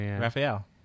Raphael